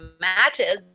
matches